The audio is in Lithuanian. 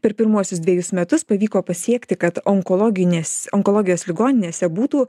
per pirmuosius dvejus metus pavyko pasiekti kad onkologinės onkologijos ligoninėse būtų